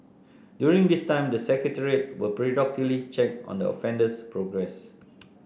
during this time the Secretariat will periodically check on the offender's progress